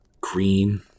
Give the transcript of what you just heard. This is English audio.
green